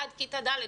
עד כיתה ד'?